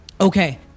Okay